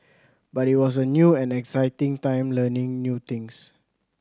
but it was a new and exciting time learning new things